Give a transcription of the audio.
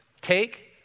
Take